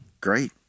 Great